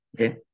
okay